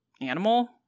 animal